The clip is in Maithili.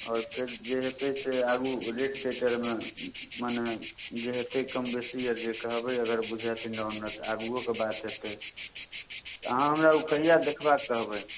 आओर फेर जे हेतै से आगू रेट तेट आओरमे मने जे हेतै कम बेसी आओर जे कहबै अगर बुझेतै एन्नऽ ओन्नऽ तऽ आगुओके बात हेतै अहाँ हमरा कहिआ ओ देखबाके कहबै